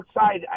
outside